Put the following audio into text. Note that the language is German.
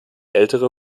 ältere